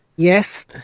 Yes